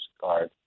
card